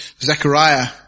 Zechariah